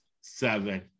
seven